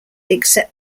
except